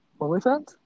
Onlyfans